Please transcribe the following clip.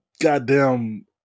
goddamn